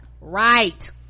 Right